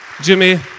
Jimmy